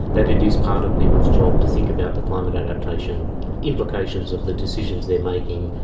that it is part of people's job to think about the climate adaptation implications of the decisions they're making,